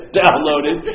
downloaded